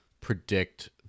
predict